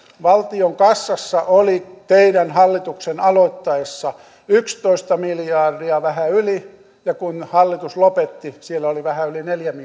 valtion kassassa oli teidän hallituksenne aloittaessa yksitoista miljardia vähän yli ja kun hallitus lopetti siellä oli vähän yli neljä